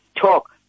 talk